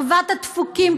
אחוות הדפוקים,